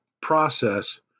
process